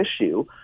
issue